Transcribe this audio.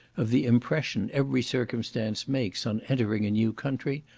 of the impression every circumstance makes on entering a new country,